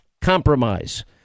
compromise